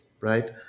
right